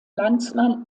landsmann